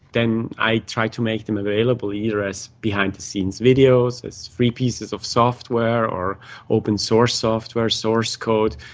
then i try to make them available here as behind-the-scenes videos, as free pieces of software or open-source software, source code,